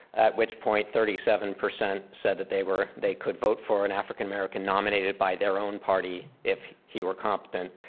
at which point thirty seven percent said that they were, they could vote for an african american nominated by their own party if he were competent.